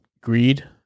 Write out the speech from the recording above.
greed